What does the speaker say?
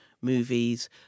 movies